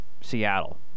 Seattle